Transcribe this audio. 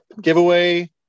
giveaway